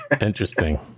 interesting